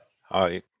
Hi